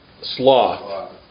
Sloth